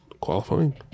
qualifying